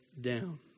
down